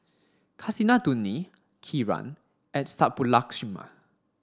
Kasinadhuni Kiran and Subbulakshmi